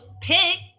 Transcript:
pick